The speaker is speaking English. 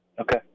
Okay